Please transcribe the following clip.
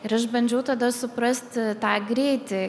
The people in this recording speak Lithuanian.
ir aš bandžiau tada suprasti tą greitį